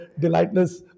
delightness